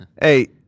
Hey